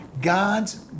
God's